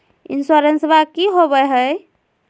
इंसोरेंसबा की होंबई हय?